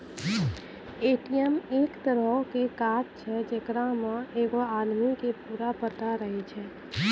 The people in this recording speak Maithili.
ए.टी.एम एक तरहो के कार्ड छै जेकरा मे एगो आदमी के पूरा पता रहै छै